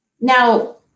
Now